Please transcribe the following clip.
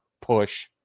push